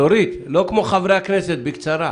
דורית, לא כמו חברי הכנסת, בקצרה.